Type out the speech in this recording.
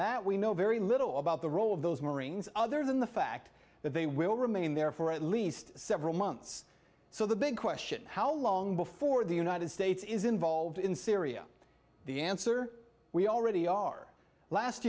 that we know very little about the role of those marines other than the fact that they will remain there for at least several months so the big question how long before the united states is involved in syria the answer we already are last